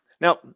Now